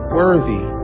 worthy